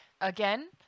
Again